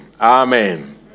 Amen